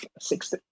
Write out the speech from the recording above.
six